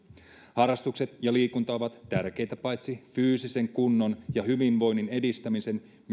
harrastukset ja liikunta ovat tärkeitä paitsi fyysinen kunnon ja hyvinvoinnin edistämisessä